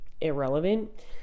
irrelevant